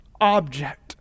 Object